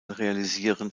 realisieren